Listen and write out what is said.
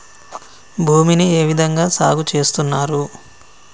భూమిని ఏ విధంగా సాగు చేస్తున్నారు?